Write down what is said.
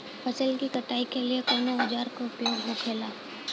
फसल की कटाई के लिए कवने औजार को उपयोग हो खेला?